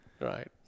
Right